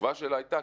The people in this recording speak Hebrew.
התשובה שלה הייתה,